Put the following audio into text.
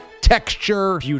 texture